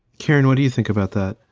karen, what do you think about that?